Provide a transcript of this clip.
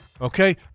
Okay